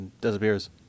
disappears